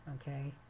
okay